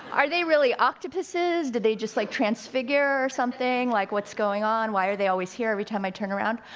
are they really octopuses, did they just like transfigure or something, like what's going on, why are they always here every time i turn around?